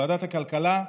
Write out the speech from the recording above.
ועדת הכלכלה: